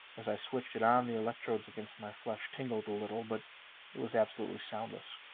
as i switched it on, the electrodes against my flesh tingled a little. but it was absolutely soundless,